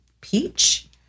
peach